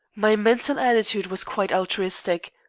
my mental attitude was quite altruistic.